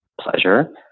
pleasure